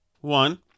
one